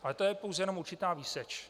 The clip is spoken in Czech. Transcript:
Ale to je pouze určitá výseč.